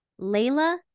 Layla